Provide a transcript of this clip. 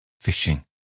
fishing